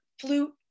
flute